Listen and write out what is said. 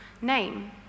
name